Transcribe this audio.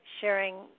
sharing